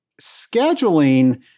Scheduling